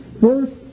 First